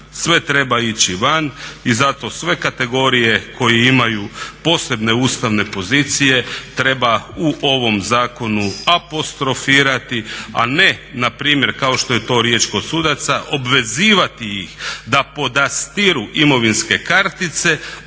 sve treba ići van i zato sve kategorije koje imaju posebne ustavne pozicije treba u ovom zakonu apostrofirati, a ne npr. kao što je to riječ kod sudaca, obvezivati ih da podastiru imovinske kartice